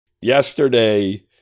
Yesterday